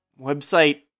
website